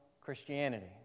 Christianity